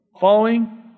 following